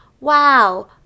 wow